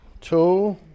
Two